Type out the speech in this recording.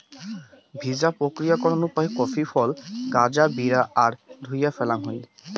ভিজা প্রক্রিয়াকরণ উপায় কফি ফল গাঁজা বিরা আর ধুইয়া ফ্যালাং হই